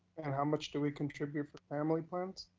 and how much do we contribute for family plans?